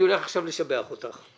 אני הולך עכשיו לשבח אותך.